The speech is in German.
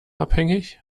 abhängig